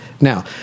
Now